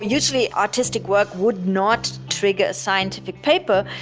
usually artistic work would not trigger a scientific paper,